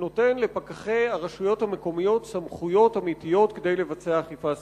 שנותן לפקחי הרשויות המקומיות סמכויות אמיתיות כדי לבצע אכיפה סביבתית.